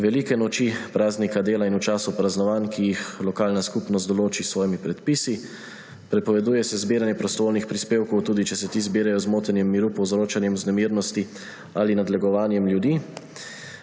velike noči, praznika dela in v času praznovanj, ki jih lokalna skupnost določi s svojimi predpisi. Prepoveduje se zbiranje prostovoljnih prispevkov tudi, če se ti zbirajo z motenjem miru, povzročanjem vznemirjenosti ali nadlegovanjem ljudi.